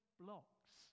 blocks